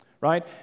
right